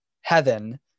heaven